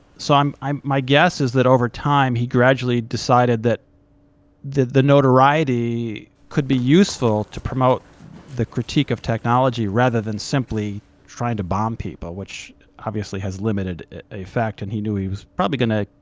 so um um my guess is that over time he gradually decided that the the notoriety could be useful to promote the critique of technology rather than simply trying to bomb people, which obviously has limited effect. and he knew he was probably gonna,